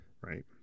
right